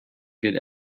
get